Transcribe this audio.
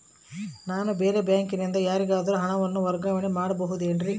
ನಾನು ಬೇರೆ ಬ್ಯಾಂಕಿನಿಂದ ಯಾರಿಗಾದರೂ ಹಣವನ್ನು ವರ್ಗಾವಣೆ ಮಾಡಬಹುದೇನ್ರಿ?